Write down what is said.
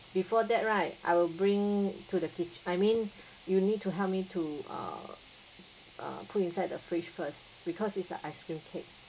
before that right I will bring to the kit~ I mean you need to help me to uh uh put inside the fridge first because it's a ice cream cake